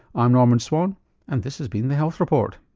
i'm norman swan and this has been the health report